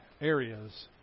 areas